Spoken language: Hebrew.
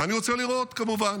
ואני רוצה לראות, כמובן,